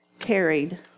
Carried